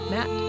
Matt